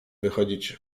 wychodzić